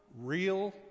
real